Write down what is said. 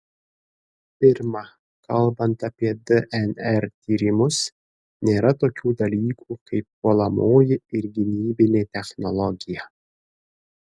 pirma kalbant apie dnr tyrimus nėra tokių dalykų kaip puolamoji ir gynybinė technologija